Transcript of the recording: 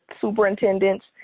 superintendents